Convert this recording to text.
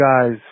guys